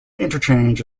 interchange